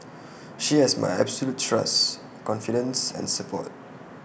she has my absolute trust confidence and support